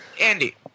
Andy